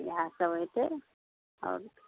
इएह सब हेतै आओर